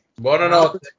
Buonanotte